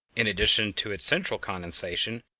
in addition to its central condensation,